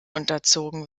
unterzogen